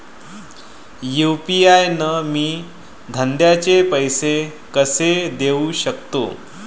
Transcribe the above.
UPI न मी धंद्याचे पैसे कसे देऊ सकतो?